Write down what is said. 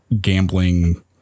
gambling